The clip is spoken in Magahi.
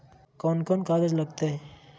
कौन कौन कागज लग तय?